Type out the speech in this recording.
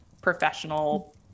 professional